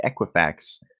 Equifax